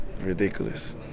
Ridiculous